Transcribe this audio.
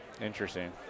interesting